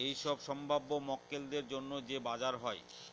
এইসব সম্ভাব্য মক্কেলদের জন্য যে বাজার হয়